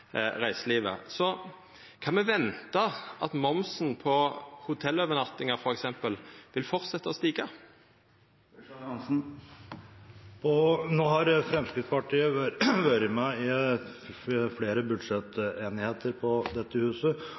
Så kan me venta at momsen på hotellovernattingar, f.eks., vil fortsetja å stiga? Nå har Fremskrittspartiet vært med i flere budsjettenigheter på dette huset,